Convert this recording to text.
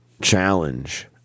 challenge